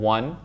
One